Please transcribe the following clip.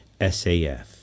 SAF